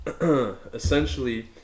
essentially